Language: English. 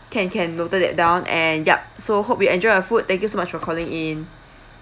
can can noted that down and yup so hope you enjoy your food thank you so much for calling in